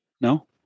no